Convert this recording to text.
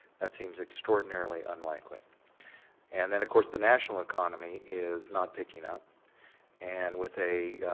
that seems extraordinary unlikely and then of course the national economy is not picking up and with a